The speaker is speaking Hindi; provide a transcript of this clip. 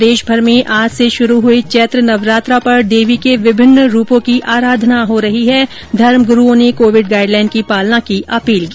प्रदेशभर में आज से शुरू हुये चैत्र नवरात्र पर देवी के विभिन्न रूपों की आराधना हो रही है धर्मगुरूओं ने कोविड गाइड लाईन की पालना की अपील की